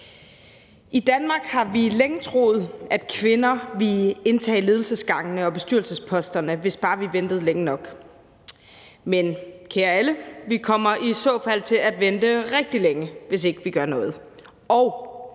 I Danmark har vi længe troet, at kvinder ville indtage ledelsesgangene og bestyrelsesposterne, hvis bare vi ventede længe nok. Men, kære alle, vi kommer i så fald til at vente rigtig længe, hvis ikke vi gør noget,